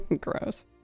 Gross